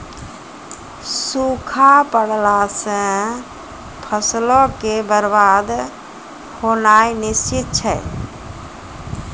सूखा पड़ला से फसलो के बरबाद होनाय निश्चित छै